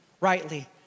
rightly